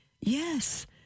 Yes